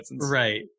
Right